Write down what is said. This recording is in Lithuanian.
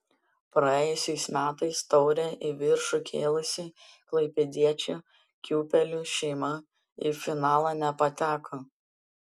praėjusiais metais taurę į viršų kėlusi klaipėdiečių kiūpelių šeima į finalą nepateko